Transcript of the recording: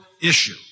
issue